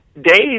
days